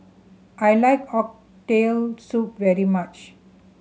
I like Oxtail Soup very much